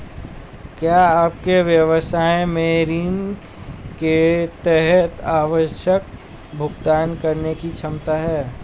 क्या आपके व्यवसाय में ऋण के तहत आवश्यक भुगतान करने की क्षमता है?